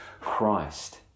Christ